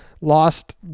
lost